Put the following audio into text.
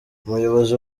umuyobozi